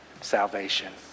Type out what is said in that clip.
salvation